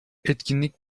etkinlik